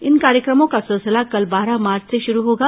इन कार्यक्रमों का सिलसिला कल बारह मार्च से शुरू होगा